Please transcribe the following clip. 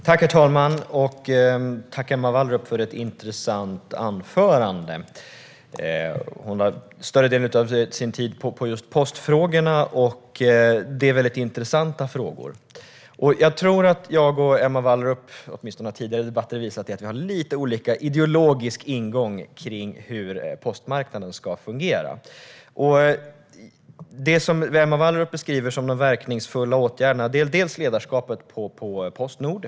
Herr talman! Tack, Emma Wallrup, för ett intressant anförande! Emma Wallrup ägnade större delen av sin tid åt just postfrågorna, som är väldigt intressanta. Jag tror att jag och Emma Wallrup har lite olika ideologisk ingång när det gäller hur postmarknaden ska fungera. Åtminstone har tidigare debatter visat det. Det som Emma Wallrup beskriver som verkningsfulla åtgärder är först och främst ledarskapet på Postnord.